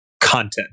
content